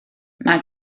mae